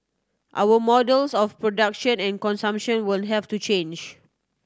our models of production and consumption will have to change